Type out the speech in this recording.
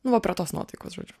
nu va prie tos nuotaikos žodžiu